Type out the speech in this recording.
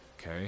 okay